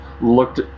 looked